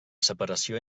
separació